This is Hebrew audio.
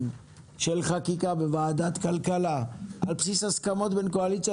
במרתון דיונים של חקיקה בוועדת כלכלה על בסיס הסכמות בין קואליציה